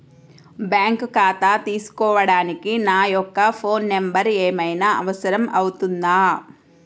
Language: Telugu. బ్యాంకు ఖాతా తీసుకోవడానికి నా యొక్క ఫోన్ నెంబర్ ఏమైనా అవసరం అవుతుందా?